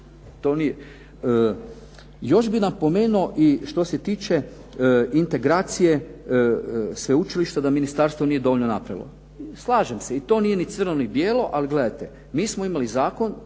crno-bijelo. Još bih napomenuo i što se tiče integracije sveučilišta da ministarstvo nije dovoljno napravilo. Slažem se i to nije ni crno ni bijelo, ali gledajte. Mi smo imali zakon